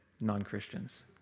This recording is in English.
non-Christians